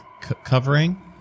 covering